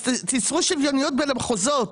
תיצרו שוויוניות בין המחוזות.